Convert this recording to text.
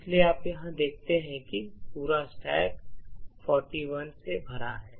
इसलिए आप यहाँ देखते हैं कि पूरा स्टैक 41 से भरा है